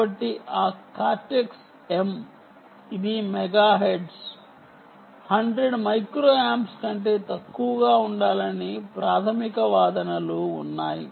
కాబట్టి ఆ Cortex M ఇది మెగాహెర్ట్జ్కు 100 మైక్రో ఆంప్స్ కంటే తక్కువగా ఉండాలని ప్రాథమిక వాదనలు ఉన్నాయి